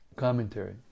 commentary